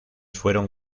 fueron